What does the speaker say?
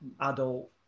adult